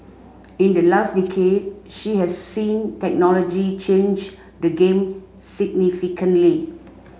in the last decade she has seen technology change the game significantly